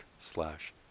slash